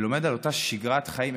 ולומד על אותה שגרת חיים.